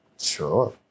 Sure